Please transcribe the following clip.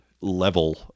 level